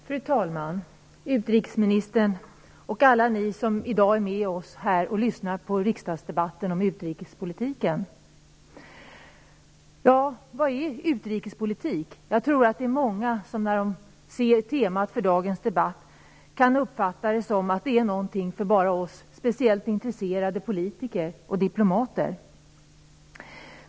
Fru talman! Utrikesministern och alla ni som i dag är med oss här och lyssnar på riksdagsdebatten om utrikespolitiken! Vad är utrikespolitik? Det är nog många som uppfattar temat för dagens debatt som att utrikespolitik bara är någonting för oss speciellt intresserade politiker och diplomater.